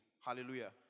Hallelujah